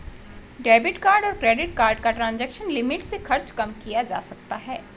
debit card और credit card का transaction limit से खर्च कम किया जा सकता है